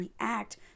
react